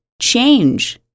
change